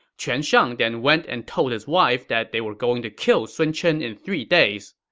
quan shang then went and told his wife that they were going to kill sun chen in three days.